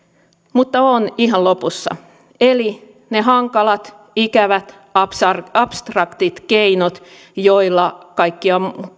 mutta olen ihan lopussa eli ne hankalat ikävät abstraktit abstraktit keinot joilla kaikkia